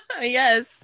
Yes